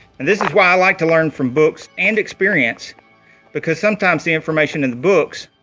and this is why i like to learn from books and experience because sometimes the information in the books